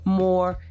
more